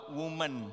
woman